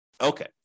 Okay